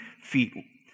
feet